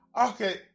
Okay